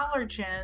allergen